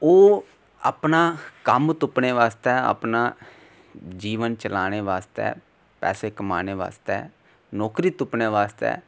ओह् अपना कम्म तुप्पने आस्तै अपना जीवन चलाने आस्तै पैसे कमाने आस्तै नैकरी तुप्पने आस्तै